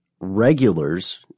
regulars